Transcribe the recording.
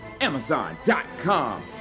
Amazon.com